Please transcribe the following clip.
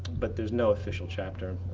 but there's no official chapter.